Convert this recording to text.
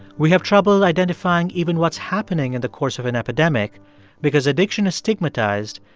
we have trouble identifying even what's happening in the course of an epidemic because addiction is stigmatized,